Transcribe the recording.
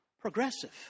progressive